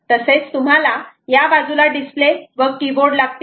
तसेच तुम्हाला या बाजूला डिस्प्ले व कीबोर्ड लागतील